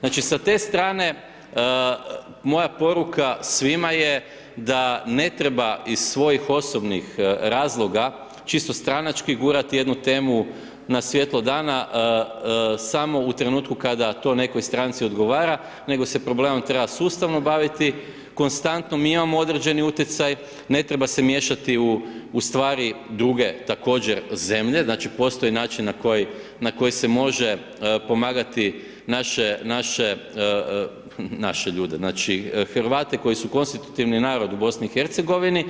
Znači sa te strane, moja poruka svima je da na treba iz svojih osobnih razloga čisto stranački gurati jednu temu na svjetlo dana samo u trenutku kada to nekoj stranci odgovara nego se problemom treba sustavno baviti, konstantno mi imamo određeni utjecaj, ne treba se miješati u stvari druge također zemlje, znači postoje načini na koje se može pomagati naše ljudi, Hrvate koji su konstitutivan narod u BiH-u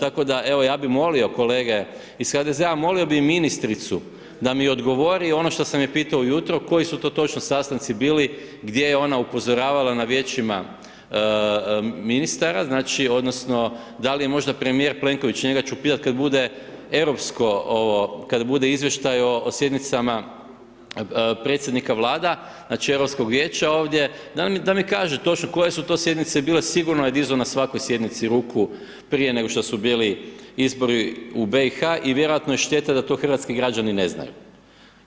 tako da evo ja bi molio kolege iz HDZ-a, molio bi i ministricu da mi odgovori ono što sam je pitao ujutro, koji su to točno sastanci bili, gdje ona upozoravala na Vijećima ministara odnosno da li je možda premijer Plenković, njega ću pitat kad bude izvještaj o sjednicama predsjednika Vlada znači Europskog vijeća ovdje, da mi kaže točno koje su to sjednice bile, sigurno je dizao na svakoj sjednici ruku prije nego što su ili izbori u BiH-u i vjerojatno je šteta da to hrvatski građani ne znaju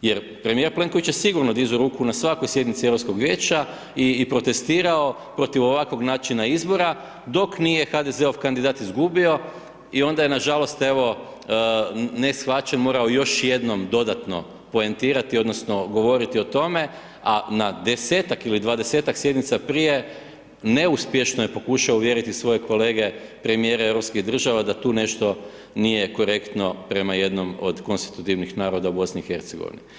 jer premijer Plenković je sigurno dizao ruku na svakoj sjednici Europskog vijeća i protestirao protiv ovakvog načina izbora dok nije HDZ-ov kandidat izgubio i onda je nažalost evo neshvaćen, morao još jednom dodatno poentirati odnosno govoriti o tome a na 10-ak, 20-ak sjednica prije, neuspješno je pokušao uvjeriti svoje kolege premijere europskih država da tu nešto nije korektno prema jednom od konstitutivnih naroda u BiH-u.